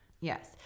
Yes